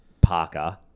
Parker